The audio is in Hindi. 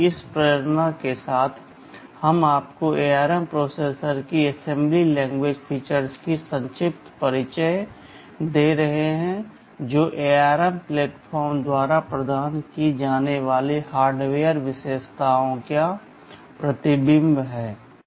इस प्रेरणा के साथ हम आपको ARM प्रोसेसर की असेंबली लैंग्वेज फीचर्स का संक्षिप्त परिचय दे रहे हैं जो ARM प्लेटफॉर्म द्वारा प्रदान की जाने वाली हार्डवेयर विशेषताओं का प्रतिबिंब है